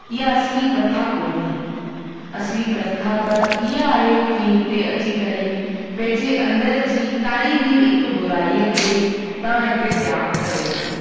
ईअं असली प्रथा कोन्हे असली प्रथा त ईअं आहे कि हिते अची करे पंहिंजे अंदरि जी काई बि हिकु बुराईअ खे था हिते त्याग करे वञो